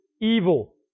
evil